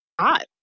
Hot